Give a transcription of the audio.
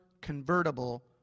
convertible